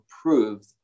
approved